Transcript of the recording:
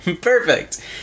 Perfect